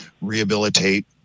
rehabilitate